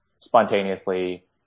spontaneously